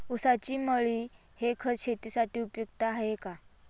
ऊसाची मळी हे खत शेतीसाठी उपयुक्त आहे का?